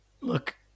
look